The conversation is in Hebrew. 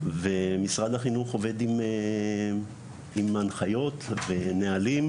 ומשרד החינוך עובד עם הנחיות ונהלים,